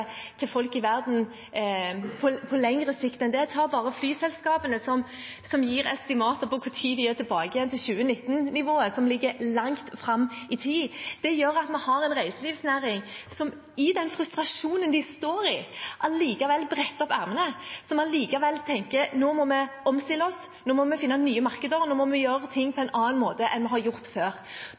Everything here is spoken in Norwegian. i verden på lengre sikt. Ta bare flyselskapene, som gir estimater for når de er tilbake på 2019-nivået, som ligger langt fram i tid. Det gjør at vi har en reiselivsnæring som i den frustrasjonen de står i, allikevel bretter opp ermene og tenker at nå må vi omstille oss, nå må vi finne nye markeder, og nå må vi gjøre ting på en annen måte enn vi har gjort før.